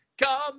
Come